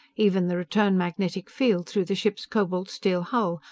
even the return magnetic field, through the ship's cobalt-steel hull,